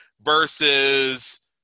versus